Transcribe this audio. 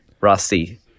Rusty